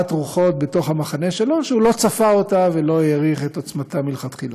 רוחות במחנה שלו שהוא לא צפה ולא העריך את עוצמתה מלכתחילה.